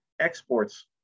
Exports